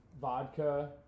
vodka